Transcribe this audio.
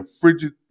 frigid